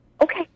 Okay